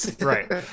Right